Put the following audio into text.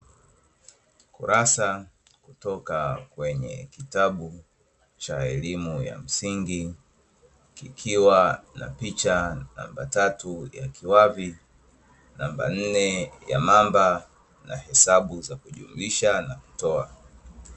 Kurasa kutoka kwenye kitabu cha elimu ya msingi kikiwa na picha namba tatu ya kiwavi, namba nne ya mamba na hesabu za kujumlisha na kutoa.